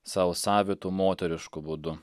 savo savitu moterišku būdu